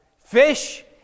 Fish